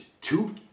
two